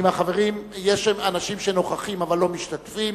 יש אנשים שנוכחים אבל לא משתתפים,